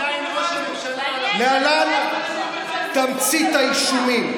והוא עדיין ראש הממשלה, להלן תמצית האישומים.